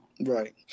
Right